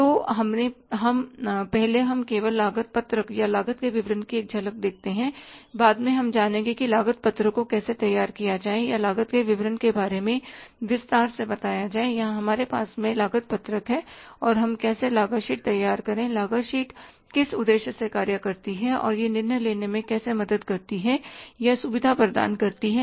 तो पहले हम केवल लागत पत्रक या लागत के विवरण की एक झलक देखते हैं बाद में हम जानेंगे कि लागत पत्रक को कैसे तैयार किया जाए या लागत के विवरण के बारे में विस्तार से बताया जाए यहाँ हमारे पास लागत पत्रक है और हम कैसे लागत शीट तैयार करें लागत शीट किस उद्देश्य से कार्य करती है और यह निर्णय लेने में कैसे मदद करती है या सुविधा प्रदान करती है